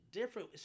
different